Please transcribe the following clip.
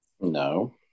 No